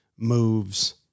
moves